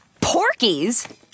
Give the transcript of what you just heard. Porkies